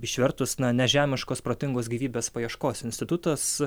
išvertus na nežemiškos protingos gyvybės paieškos institutas